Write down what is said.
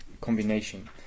combination